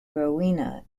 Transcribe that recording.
rowena